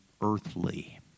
earthly